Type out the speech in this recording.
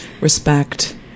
Respect